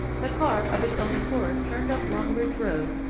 the car of its own accord turned up long ridge road,